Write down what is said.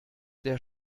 der